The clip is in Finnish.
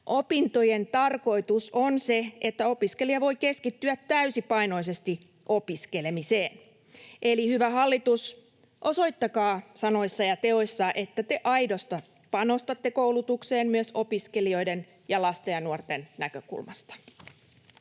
Opintojen tarkoitus on se, että opiskelija voi keskittyä täysipainoisesti opiskelemiseen. Eli, hyvä hallitus, osoittakaa sanoissa ja teoissa, että te aidosti panostatte koulutukseen myös opiskelijoiden ja lasten ja nuorten näkökulmasta.